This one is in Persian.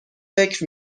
فکر